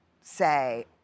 say